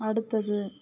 அடுத்தது